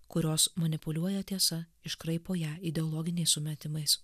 kurios manipuliuoja tiesa iškraipo ją ideologiniais sumetimais